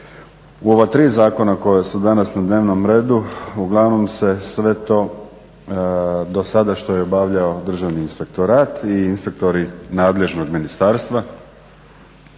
u ova tri zakona koja su danas na dnevnom redu uglavnom se sve to do sada što je obavljao Državni inspektorat i inspektori nadležnog ministarstva,